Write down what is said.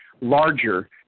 larger